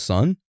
Son